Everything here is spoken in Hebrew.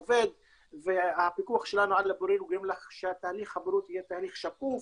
עובד והפיקוח שלנו על הבוררים גורם לכך שתהליך הבירור יהיה תהליך שקוף,